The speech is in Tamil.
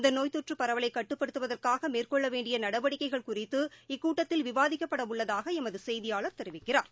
இந்தநோய் தொற்றுபரவலைக் கட்டுப்படுத்துவதற்காகமேற்கொள்ளவேண்டியநடவடிக்கைகள் குறித்து இக்கூட்டத்தில் விவாதிக்கப்படஉள்ளதாகஎமதுசெய்தியாளர் தெரிவிக்கிறார்